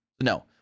No